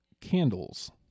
candles